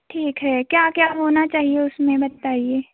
ठीक है क्या क्या होना चाहिए उसमें बताइए